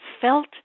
felt